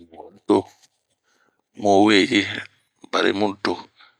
Mun doo, mu weyi ,bari mudo.